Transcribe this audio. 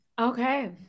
okay